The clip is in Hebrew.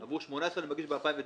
עבור 18 אני מגיש ב-2019.